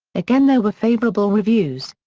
again there were favourable reviews.